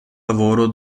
lavoro